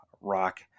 rock